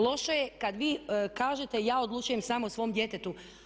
Loše je kad vi kažete ja odlučujem sam o svom djetetu.